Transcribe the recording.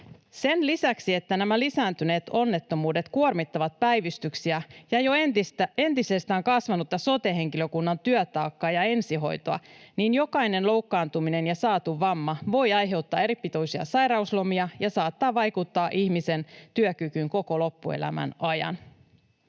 Sen lisäksi, että nämä lisääntyneet onnettomuudet kuormittavat päivystyksiä ja jo entisestään kasvanutta sote-henkilökunnan työtaakkaa ja ensihoitoa, niin jokainen loukkaantuminen ja saatu vamma voi aiheuttaa eripituisia sairauslomia ja saattaa vaikuttaa ihmisen työkykyyn koko loppuelämän ajan.